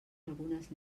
algunes